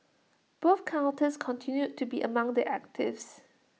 both counters continued to be among the actives